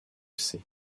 sées